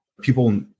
people